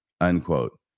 unquote